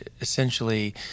essentially